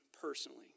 personally